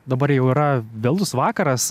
dabar jau yra vėlus vakaras